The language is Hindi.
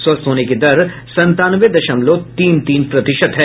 स्वस्थ होने की दर संतानवे दशमलव तीन तीन प्रतिशत है